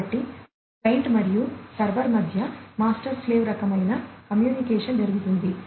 కాబట్టి క్లయింట్ మరియు సర్వర్ మధ్య మాస్టర్ స్లేవ్ రకమైన కమ్యూనికేషన్ జరుగుతుంది